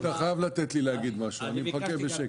אתה חייב לתת לי להגיד משהו, אני מחכה בשקט.